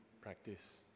practice